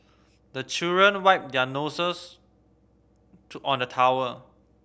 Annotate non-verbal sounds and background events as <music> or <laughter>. the children wipe their noses <unintelligible> on the towel